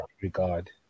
regard